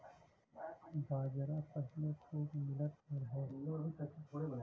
बाजरा पहिले खूबे मिलत रहे